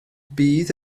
bydd